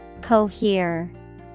Cohere